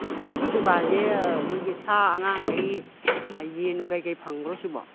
ꯑꯣ ꯁꯤꯒꯤ ꯗꯨꯀꯥꯟꯁꯦ ꯑꯩꯈꯣꯏꯒꯤ ꯁꯥ ꯑꯉꯥꯡꯒꯩꯒꯤ ꯑꯥ ꯌꯦꯟ ꯅꯨꯡ ꯀꯩꯀꯩ ꯐꯪꯕ꯭ꯔꯣ ꯁꯤꯕꯣ